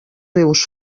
rius